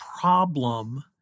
problem